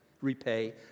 repay